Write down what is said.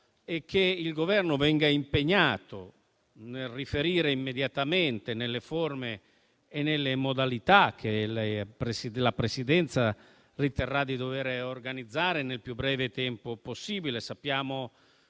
e che il Governo venga impegnato nel riferire immediatamente, nelle forme e nelle modalità che la Presidenza riterrà di dover organizzare nel più breve tempo possibile.